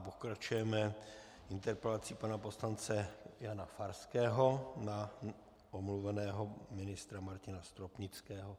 Pokračujeme interpelací pana poslance Jana Farského na omluveného ministra Martina Stropnického.